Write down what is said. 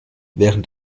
während